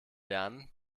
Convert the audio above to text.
lernen